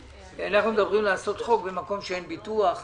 אנחנו מדברים על חקיקת חוק במקום שאין ביטוח,